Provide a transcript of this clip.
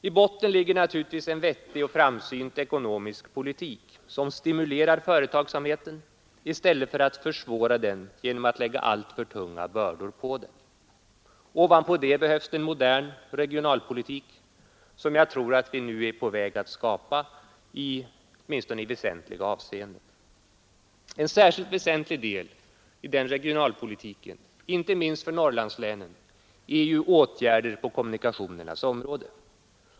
I botten ligger givetvis en vettig och framsynt ekonomisk politik, som stimulerar företagsamheten i stället för att försvåra den genom att lägga alltför tunga bördor på den. Ovanpå det behövs en modern regionalpolitik, som jag tror att vi nu är på väg att skapa, åtminstone i väsentliga avseenden. En särskilt betydelsefull deli den regionalpolitiken — inte minst för Norrlandslänen är åtgärder på kommunikationernas område.